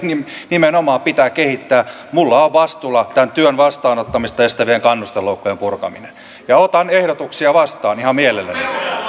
nimenomaan pitää kehittää minulla on vastuullani tämän työn vastaanottamista estävien kannusteloukkujen purkaminen ja otan ehdotuksia vastaan ihan mielelläni